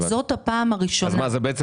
וזאת הפעם הראשונה --- אז זה בעצם